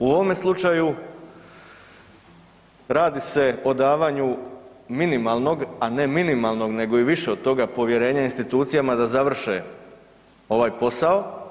U ovome slučaju radi se o davanju minimalnog, a ne minimalnog nego i više od toga povjerenja institucijama da završe ovaj posao.